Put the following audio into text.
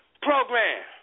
program